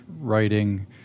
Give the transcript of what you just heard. writing